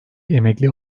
emekli